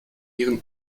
ihren